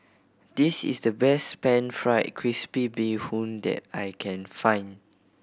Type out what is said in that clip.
this is the best Pan Fried Crispy Bee Hoon that I can find